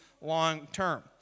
long-term